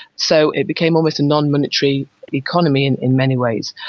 so it became almost a non-monetary economy and in many ways.